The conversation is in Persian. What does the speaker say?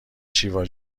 شیوا